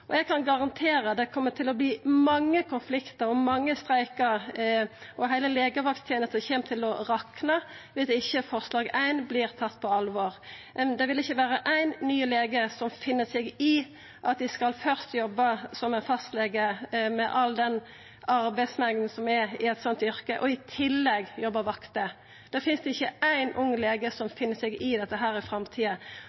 Eg kan garantera at det kjem til å verta mange konfliktar og mange streikar, og heile legevakttenesta kjem til å rakna om ikkje forslag nr. 1 vert tatt på alvor. Det vil ikkje vera éin ny lege som finn seg i at dei først skal jobba som fastlege, med all den arbeidsmengda som er i eit slikt yrke, og i tillegg jobba vakter. Det finst ikkje éin ung lege som